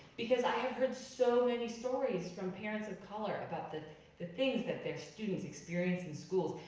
because i have heard so many stories from parents of color about the the things that their students experience in schools,